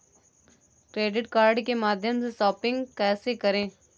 Credit card के माध्यम से शॉपिंग कैसे करें?